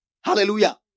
Hallelujah